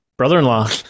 brother-in-law